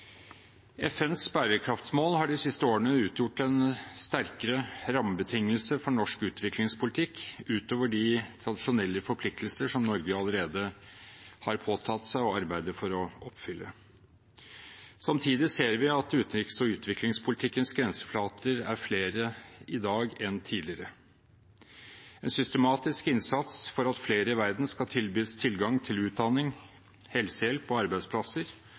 FNs bærekraftsmål har de siste årene utgjort en sterkere rammebetingelse for norsk utviklingspolitikk, utover de tradisjonelle forpliktelser som Norge allerede har påtatt seg å arbeide for å oppfylle. Samtidig ser vi at utenriks- og utviklingspolitikkens grenseflater er flere i dag enn tidligere. En systematisk innsats for at flere i verden skal tilbys tilgang til utdanning, helsehjelp og arbeidsplasser,